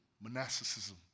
monasticism